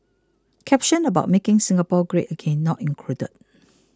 caption about making Singapore great again not included